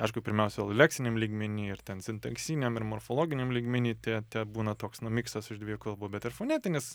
aišku pirmiausia leksiniam lygmeny ir ten sintaksiniam ir morfologiniam lygmeny tie tie būna toks nu miksas iš dviejų kalbų bet ir fonetinis